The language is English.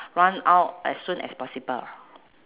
run out as soon as possible